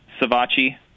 Savachi